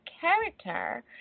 character